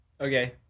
Okay